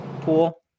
pool